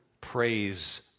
Praise